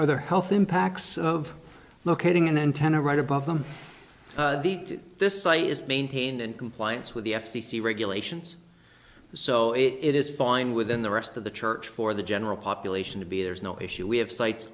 are there health impacts of locating an antenna right above them to this site is maintained in compliance with the f c c regulations so it is fine within the rest of the church for the general population to be there's no issue we have sites